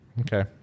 Okay